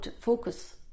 focus